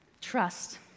Trust